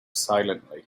silently